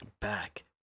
back